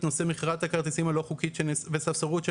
נושא מכירת הכרטיסים הלא חוקית בספסרות.